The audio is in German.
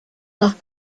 nach